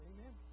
Amen